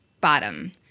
bottom